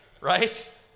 Right